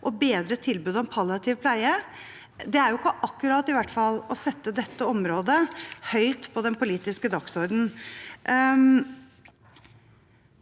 og bedre tilbudet om palliativ pleie», er jo ikke akkurat å sette dette området høyt på den politiske dagsordenen.